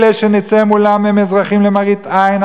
אלה שנצא מולם הם אזרחים למראית עין,